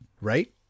right